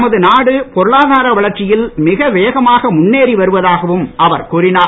நமது நாடு பொருளாதார வளர்ச்சியில் மிக வேகமாக முன்னேறி வருவதாகவும் அவர் கூறினார்